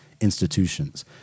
institutions